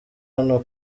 hano